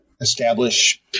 establish